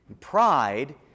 Pride